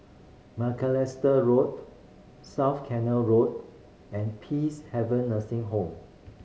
Macalister Road South Canal Road and Peacehaven Nursing Home